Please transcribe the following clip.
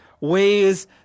ways